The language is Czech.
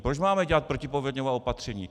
Proč máme dělat protipovodňová opatření?